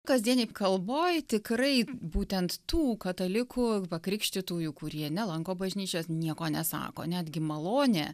kasdienėj kalboj tikrai būtent tų katalikų pakrikštytųjų kurie nelanko bažnyčios nieko nesako netgi malonė